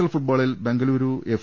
L ഫുട്ബോളിൽ Bengaluru F